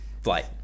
flight